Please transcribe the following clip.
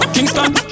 Kingston